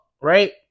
right